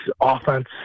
offense